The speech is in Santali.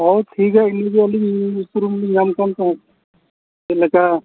ᱦᱳᱭ ᱴᱷᱤᱠᱼᱟ ᱤᱧ ᱞᱟᱹᱜᱤᱫ ᱩᱯᱨᱩᱢ ᱞᱤᱧ ᱧᱟᱢ ᱠᱟᱱ ᱠᱷᱟᱡ ᱪᱮᱫ ᱞᱮᱠᱟ